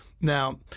Now